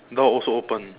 door also open